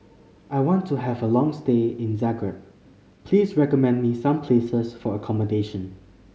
I want to have a long stay in Zagreb please recommend me some places for accommodation